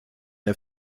der